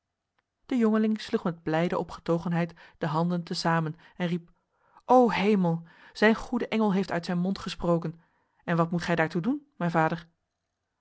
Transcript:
de jongeling sloeg met blijde opgetogenheid de handen te samen en riep o hemel zijn goede engel heeft uit zijn mond gesproken en wat moet gij daartoe doen mijn vader